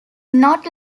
not